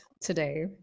today